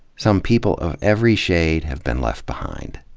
some people of every shade have been left behind.